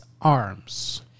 arms